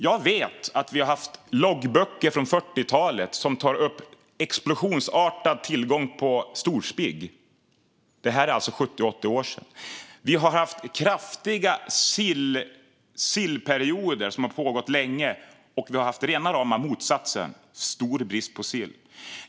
Jag vet att det finns loggböcker från 40-talet som tar upp en explosionsartad tillgång på storspigg. Det här är alltså för 70-80 år sedan. Vi har haft kraftiga sillperioder som har pågått länge, och vi har haft rena rama motsatsen i form av stor brist på sill.